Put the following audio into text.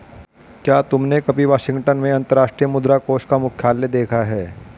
क्या तुमने कभी वाशिंगटन में अंतर्राष्ट्रीय मुद्रा कोष का मुख्यालय देखा है?